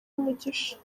umugisha